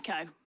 Echo